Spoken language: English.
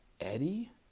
Eddie